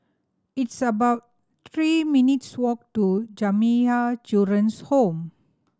it's about three minutes' walk to Jamiyah Children's Home